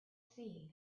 see